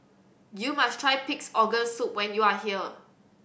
you must try Pig's Organ Soup when you are here